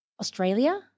Australia